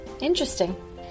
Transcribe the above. Interesting